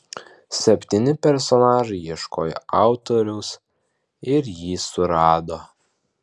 septyni personažai ieškojo autoriaus ir jį surado